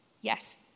Yes